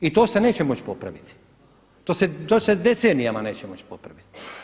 I to se neće moći popraviti, to se decenijama neće moći popraviti.